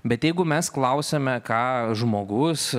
bet jeigu mes klausiame ką žmogus